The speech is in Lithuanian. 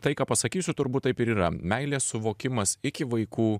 tai ką pasakysiu turbūt taip ir yra meilės suvokimas iki vaikų